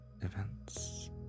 events